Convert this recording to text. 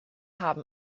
haben